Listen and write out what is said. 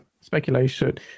speculation